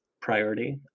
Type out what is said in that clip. priority